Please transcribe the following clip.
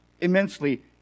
immensely